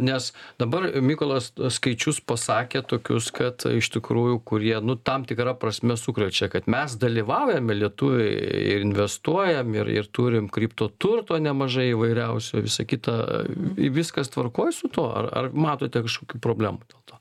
nes dabar mykolas skaičius pasakė tokius kad iš tikrųjų kurie nu tam tikra prasme sukrečia kad mes dalyvaujame lietuviai ir investuojam ir ir turim kriptoturto nemažai įvairiausio visa kita viskas tvarkoj su tuo ar ar matote kažkokių problemų dėl to